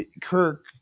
Kirk